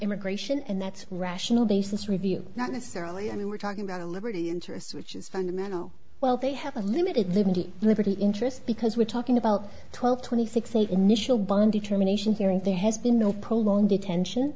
immigration and that's rational basis review not necessarily i mean we're talking about a liberty interest which is fundamental well they have a limited liberty liberty interest because we're talking about twelve twenty six eight initial bond determination hearing there has been no poll on detention